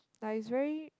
like it's very